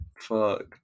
Fuck